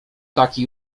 taki